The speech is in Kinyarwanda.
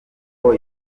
ubwo